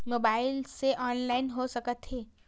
Mobile से online हो सकत हे?